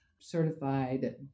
certified